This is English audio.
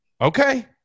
Okay